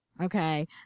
okay